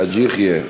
חאג' יחיא,